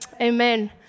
Amen